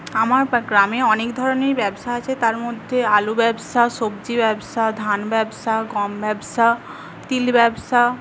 আমার ব গ্রামে অনেক ধরনের ব্যবসা আছে তার মধ্যে আলু ব্যবসা সবজি ব্যবসা ধান ব্যবসা গম ব্যবসা তিল ব্যবসা